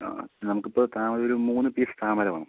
ആ നമുക്ക് ഇപ്പോൾ താമര ഒരു മൂന്ന് പീസ് താമര വേണം